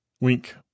Wink